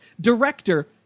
director